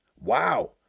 Wow